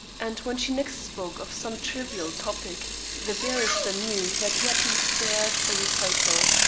and when she next spoke of some trivial topic the barrister knew that he had been spared a recital.